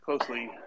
closely